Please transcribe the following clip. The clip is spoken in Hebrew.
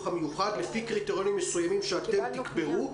המיוחד לפי קריטריונים מסוימים שאתם תקבעו,